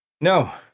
No